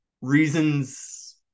Reasons